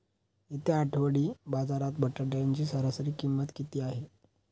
येत्या आठवडी बाजारात बटाट्याची सरासरी किंमत किती आहे?